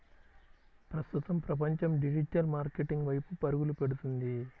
ప్రస్తుతం ప్రపంచం digital marketing వైపు పరుగులు పెడుతుంది